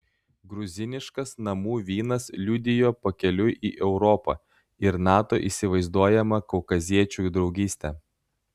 gruziniškas namų vynas liudijo pakeliui į europą ir nato įsivaizduojamą kaukaziečių draugystę